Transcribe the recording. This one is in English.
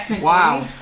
Wow